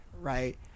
Right